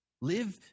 Live